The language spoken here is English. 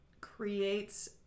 creates